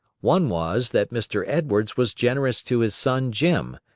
one was that mr. edwards was generous to his son jim,